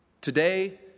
Today